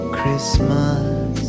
Christmas